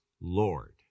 Lord